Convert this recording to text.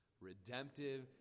Redemptive